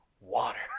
water